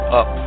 up